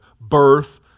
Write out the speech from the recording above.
birth